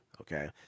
Okay